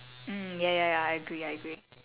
mm ya ya ya I agree I agree